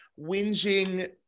whinging